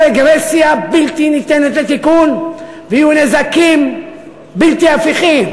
רגרסיה בלתי ניתנת לתיקון ויהיו נזקים בלתי הפיכים.